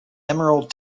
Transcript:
emerald